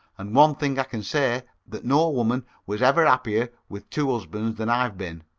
and one thing i can say, that no woman was ever appier with two usbands than i've been.